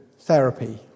therapy